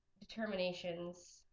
determinations